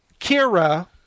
Kira